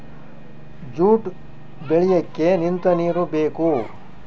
jute ಬೆಳಿಯಕ್ಕೆ ನಿಂತ ನೀರು ಬೇಕು